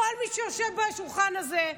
כל מי שיושב בשולחן הזה.